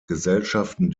gesellschaften